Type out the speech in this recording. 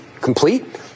complete